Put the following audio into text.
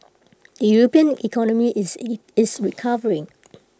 the european economy is IT is recovering